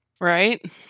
Right